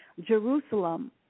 Jerusalem